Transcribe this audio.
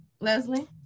Leslie